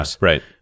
right